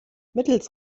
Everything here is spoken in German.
mittels